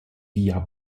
via